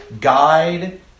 guide